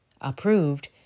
approved